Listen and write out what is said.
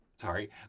Sorry